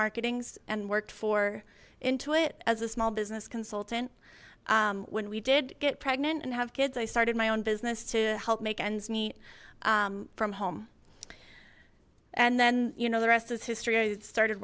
marketing and worked for into it as a small business consultant when we did get pregnant and have kids i started my own business to help make ends meet from home and then you know the rest is history i started